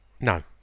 No